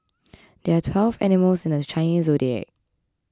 there are twelve animals in the Chinese zodiac